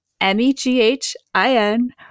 M-E-G-H-I-N